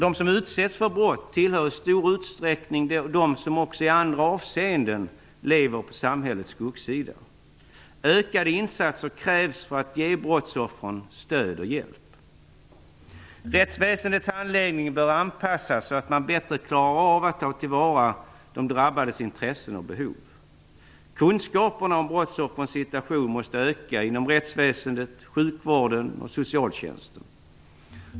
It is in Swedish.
De som utsätts för brott tillhör i stor utsträckning dem som också i andra avseenden lever på samhällets skuggsida. Ökade insatser krävs för att ge brottsoffren stöd och hjälp. Rättsväsendets handläggning bör anpassas så att man bättre klarar av att ta till vara de drabbades intressen och behov. Kunskaper om brottsoffrens situation måste öka inom rättsväsendet, sjukvården och socialtjänsten.